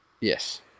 Yes